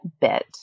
bit